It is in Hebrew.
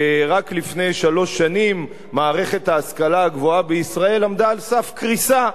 שרק לפני שלוש שנים מערכת ההשכלה הגבוהה בישראל עמדה על סף קריסה.